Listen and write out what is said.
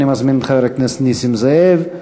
אני מזמין את חבר הכנסת נסים זאב.